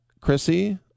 Chrissy